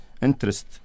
interest